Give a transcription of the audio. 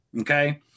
Okay